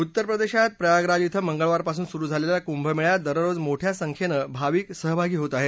उत्तर प्रदेशात प्रयागराज इथं मंगळवारपासून सुरू झालेल्या कुंभ मेळ्यात दररोज मोठ्या संख्येनं भाविक सहभागी होत आहेत